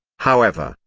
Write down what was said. however,